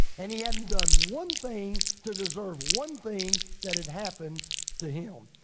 and he hadn't done one thing to deserve one thing that had happened to him.